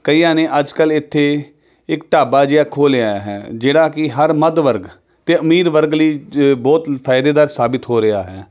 ਕਈਆਂ ਨੇ ਅੱਜ ਕੱਲ੍ਹ ਇੱਥੇ ਇੱਕ ਢਾਬਾ ਜਿਹਾ ਖੋਲ ਲਿਆ ਹੈ ਜਿਹੜਾ ਕਿ ਹਰ ਮੱਧ ਵਰਗ ਅਤੇ ਅਮੀਰ ਵਰਗ ਲਈ ਜ ਬਹੁਤ ਫਾਇਦੇਦਾਰ ਸਾਬਿਤ ਹੋ ਰਿਹਾ ਹੈ